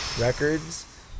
records